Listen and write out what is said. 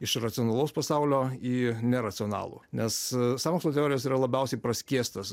iš racionalaus pasaulio į neracionalų nes sąmokslo teorijos yra labiausiai praskiestos